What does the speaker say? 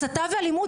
הסתה ואלימות זה רע.